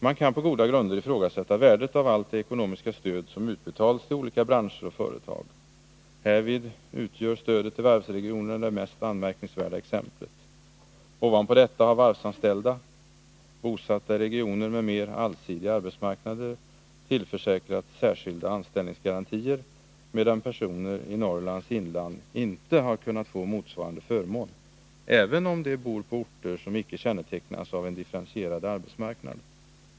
Man kan på goda grunder ifrågasätta värdet av allt det ekonomiska stöd som utbetalats till olika branscher och företag. Härvid utgör stödet till varvsregionerna det mest anmärkningsvärda exemplet. Ovanpå detta har varvsanställda — bosatta i regioner med mer allsidiga arbetsmarknader — tillförsäkrats särskilda anställningsgarantier, medan personer i Norrlands inland inte har kunnat få motsvarande förmån, även om de bor på orter som icke kännetecknas av en differentierad arbetsmarknad.